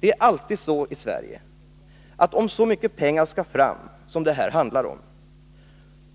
Det är alltid så i Sverige, att om så mycket pengar skall fram som det här handlar om,